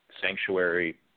sanctuary